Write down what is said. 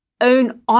own